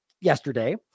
yesterday